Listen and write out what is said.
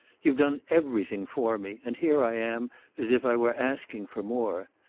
you've done everything for me, and here i am as if i were asking for more.